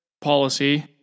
policy